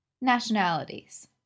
nationalities